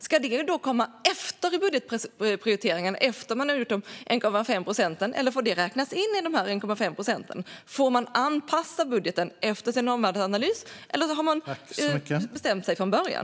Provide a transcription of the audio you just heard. Ska det då komma efter budgetprioriteringen och efter de 1,5 procenten, eller får det räknas in i de 1,5 procenten? Får man anpassa budgeten efter sin omvärldsanalys, eller har man bestämt sig från början?